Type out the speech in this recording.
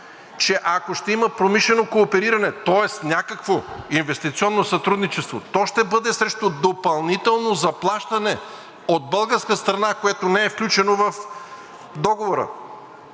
че ако ще има промишлено коопериране, тоест някакво инвестиционно сътрудничество, то ще бъде срещу допълнително заплащане от българска страна, което не е включено в договора